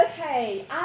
okay